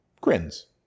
grins